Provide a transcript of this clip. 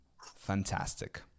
fantastic